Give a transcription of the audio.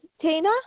Tina